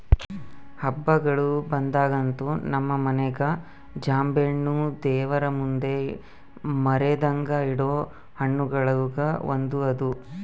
ಹಬ್ಬಗಳು ಬಂದಾಗಂತೂ ನಮ್ಮ ಮನೆಗ ಜಾಂಬೆಣ್ಣು ದೇವರಮುಂದೆ ಮರೆದಂಗ ಇಡೊ ಹಣ್ಣುಗಳುಗ ಅದು ಒಂದು